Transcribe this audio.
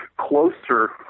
closer